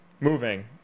Moving